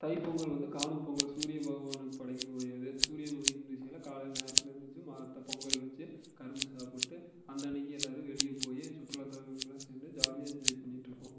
தைப்பொங்கல் வந்து காணும் பொங்கல் சூரிய பகவானுக்கு படைக்கக்கூடியது சூரியன் உதிக்கும் திசையில் காலை நேரத்தில் எந்துருச்சு மா த பொங்கல் வச்சி கரும்பு சாப்பிட்டு அந்த அன்னிக்கு எல்லாரும் வெளியே போய் சுற்றுலாத்தலங்களுக்குலாம் சென்று ஜாலியாக என்ஜாய் பண்ணிட்டுருப்போம்